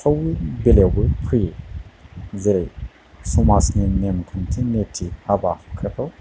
बेलायावबो फैयो जेरै समाजनि नेम खान्थि निथि हाबा हुखाखौ